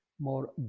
more